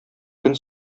көн